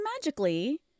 magically